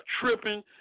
tripping